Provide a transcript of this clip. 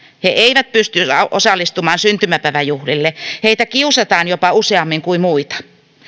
he eivät pysty osallistumaan syntymäpäiväjuhlille heitä kiusataan jopa useammin kuin muita